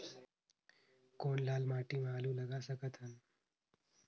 कौन लाल माटी म आलू लगा सकत हन?